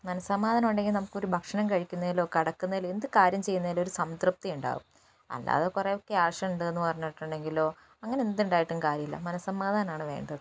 മനസ്സമാധാനം ഉണ്ടെങ്കിൽ നമുക്കൊരു ഭക്ഷണം കഴിക്കുന്നതിലോ കിടക്കുന്നതിലോ എന്തു കാര്യം ചെയ്യുന്നതിലും ഒരു സംതൃപ്തി ഉണ്ടാകും അല്ലാതെ കുറേ ക്യാഷ് ഉണ്ടെന്നു പറഞ്ഞിട്ടുണ്ടെങ്കിലോ അങ്ങനെ എന്ത് ഉണ്ടായിട്ടും കാര്യമില്ല മനസ്സമാധാനമാണ് വേണ്ടത്